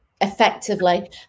effectively